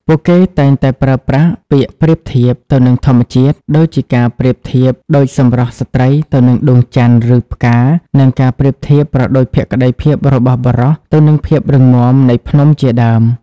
ពួកគេតែងតែប្រើប្រាស់ពាក្យប្រៀបធៀបទៅនឹងធម្មជាតិ ដូចជាការប្រៀបប្រដូចសម្រស់ស្រ្តីទៅនឹងដួងច័ន្ទ ឬផ្កា និងការប្រៀបប្រដូចភក្តីភាពរបស់បុរសទៅនឹងភាពរឹងមាំនៃភ្នំជាដើម។